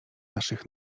naszych